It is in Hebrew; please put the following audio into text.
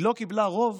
היא לא קיבלה רוב